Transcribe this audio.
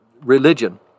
religion